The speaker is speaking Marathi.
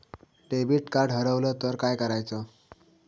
डेबिट कार्ड हरवल तर काय करायच?